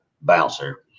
bouncer